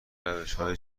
روشهای